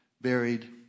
buried